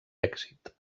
èxit